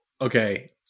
okay